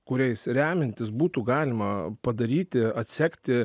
kuriais remiantis būtų galima padaryti atsekti